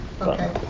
Okay